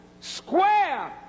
square